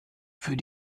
für